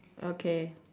okay